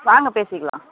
வாங்க பேசிக்கலாம்